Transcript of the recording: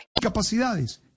Capacidades